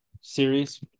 series